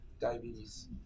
diabetes